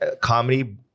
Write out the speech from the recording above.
comedy